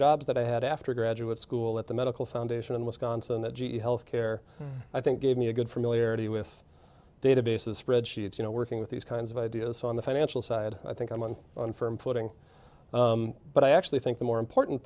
jobs that i had after graduate school at the medical foundation in wisconsin the g e health care i think gave me a good familiarity with databases spreadsheets you know working with these kinds of ideas on the financial side i think i'm on on firm footing but i actually think the more important